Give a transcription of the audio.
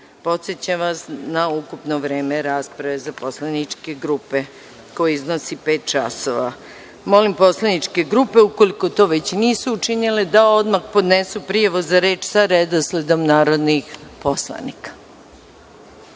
podsećam vas na ukupno vreme rasprave za poslaničke grupe koje iznosi pet časova. Molim poslaničke grupe ukoliko to već nisu učinile da odmah podnesu prijave za reč sa redosledom narodnih poslanika.